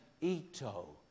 Ito